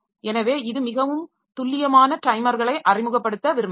எனவே இது மிகவும் துல்லியமான டைமர்களை அறிமுகப்படுத்த விரும்பலாம்